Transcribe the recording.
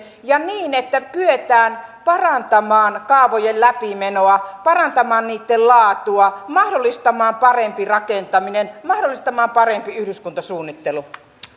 ja niin että kyetään parantamaan kaavojen läpimenoa parantamaan niitten laatua mahdollistamaan parempi rakentaminen mahdollistamaan parempi yhdyskuntasuunnittelu